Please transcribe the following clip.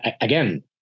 again